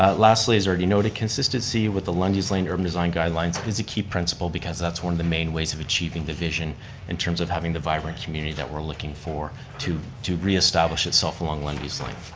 ah lastly, as i already noted, consistency with the lundy's lane urban design guidelines is a key principle because that's one of the main ways of achieving the vision in terms of having the vibrant community that we're looking for to to reestablish itself along lundy's lane.